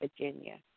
Virginia